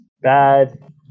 bad